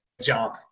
job